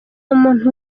umuntu